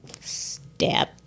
Stab